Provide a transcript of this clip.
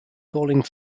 calling